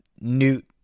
Newt